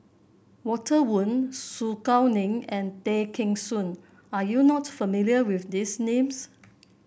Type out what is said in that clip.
Walter Woon Su Guaning and Tay Kheng Soon Are you not familiar with these names